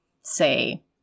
say